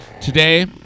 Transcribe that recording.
today